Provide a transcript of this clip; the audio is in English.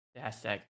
hashtag